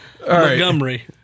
Montgomery